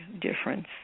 difference